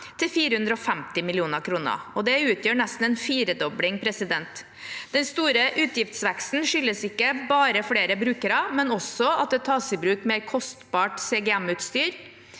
til 450 mill. kr. Det utgjør nesten en firedobling. Den store utgiftsveksten skyldes ikke bare flere brukere, men også at det tas i bruk mer kostbart CGM-utstyr.